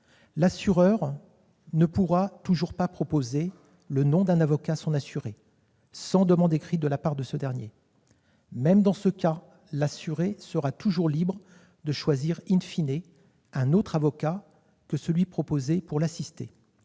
L'assureur ne pourra toujours pas proposer le nom d'un avocat à son assuré, sans demande écrite de la part de ce dernier. Même dans ce cas, l'assuré sera toujours libre de choisir un autre avocat que celui qui lui est proposé pour l'assister.